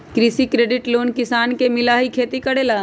कृषि credit loan किसान के मिलहई खेती करेला?